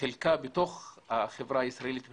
שמהווים את חלקה של האוכלוסייה הערבית בתוך החברה הישראלית בכלל,